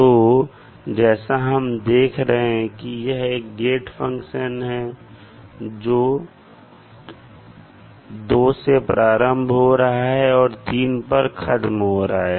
तो जैसा हम देख रहे हैं कि यह एक गेट फंक्शन है जो 2 से प्रारंभ हो रहा है और 3 पर खत्म हो रहा है